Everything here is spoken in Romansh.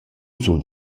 sun